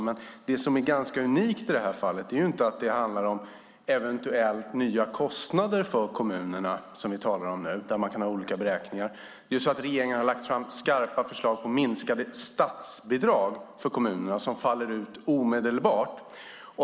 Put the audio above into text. Men det som är ganska unikt i det här fallet är att det inte handlar om eventuella nya kostnader för kommunerna utan om att regeringen har lagt fram skarpa förslag om minskade statsbidrag för kommunerna, vilka faller ut omedelbart.